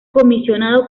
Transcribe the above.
comisionado